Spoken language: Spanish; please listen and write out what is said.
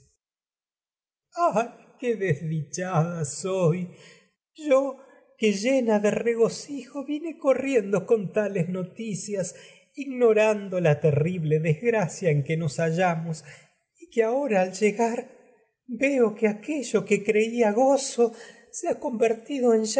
qué desdichada soy yo que llena regocijo vine corriendo con tales noticias desgracia en que ignorando la terrible nos hallamos y que ahora al llegar veo que aquello que creía gozo se en